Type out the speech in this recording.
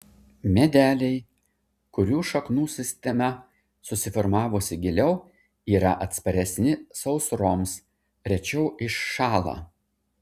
medeliai kurių šaknų sistema susiformavusi giliau yra atsparesni sausroms rečiau iššąla